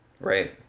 Right